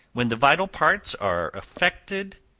when the vital parts are affected,